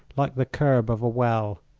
like the curb of a well.